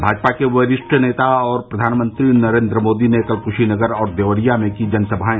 भाजपा के वरिष्ठ नेता और प्रधानमंत्री नरेन्द्र मोदी ने कल कुशीनगर और देवरिया में की जनसभाएं